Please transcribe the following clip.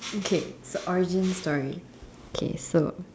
okay so origin story okay so